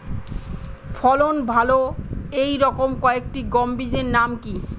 ফলন ভালো এই রকম কয়েকটি গম বীজের নাম কি?